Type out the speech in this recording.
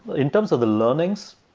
in terms of the learnings,